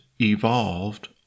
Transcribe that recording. evolved